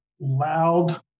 loud